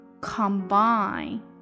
combine